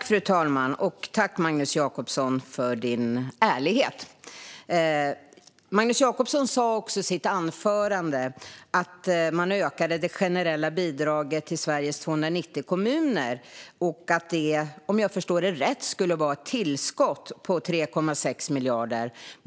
Fru talman! Tack för din ärlighet, Magnus Jacobsson! Magnus Jacobsson sa också i sitt anförande att man ökade det generella bidraget till Sveriges 290 kommuner och att det, om jag förstår det rätt, skulle vara ett tillskott på 3,6 miljarder.